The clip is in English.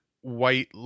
white